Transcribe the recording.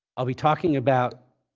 i'll be talking about